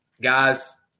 guys